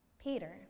Peter